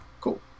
Cool